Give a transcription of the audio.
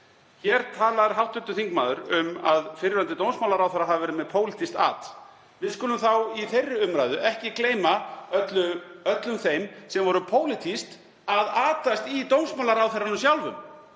Hér talar hv. þingmaður um að fyrrverandi dómsmálaráðherra hafa verið með pólitískt at. Við skulum þá í þeirri umræðu ekki gleyma öllum þeim sem voru pólitískt að atast í dómsmálaráðherranum sjálfum